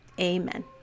Amen